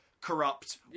corrupt